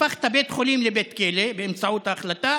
הפכת בית חולים לבית כלא באמצעות ההחלטה,